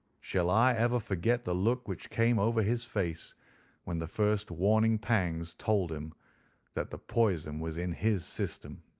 shall i ever forget the look which came over his face when the first warning pangs told him that the poison was in his system?